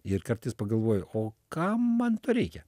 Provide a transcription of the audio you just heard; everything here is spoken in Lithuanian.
ir kartais pagalvoju o kam man to reikia